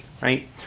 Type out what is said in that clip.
right